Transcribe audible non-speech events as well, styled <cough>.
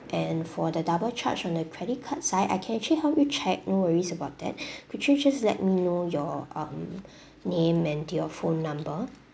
and for the double charge on the credit card side I can actually help you check no worries about that <breath> could you just let me know your um <breath> name and your phone number